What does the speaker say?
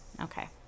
Okay